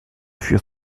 fuir